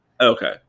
okay